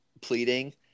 pleading